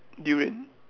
durian